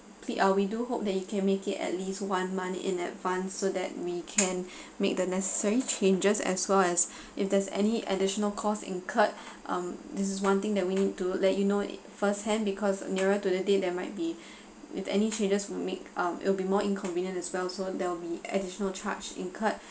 ple~ uh we do hope that you can make it at least one month in advance so that we can make the necessary changes as well as if there's any additional costs incurred um this is one thing that we need to let you know firsthand because nearer to the date there might be with any changes would make um it will be more inconvenient as well so there will be additional charge incurred